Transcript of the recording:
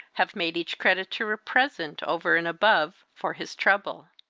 have made each creditor a present, over and above, for his trouble.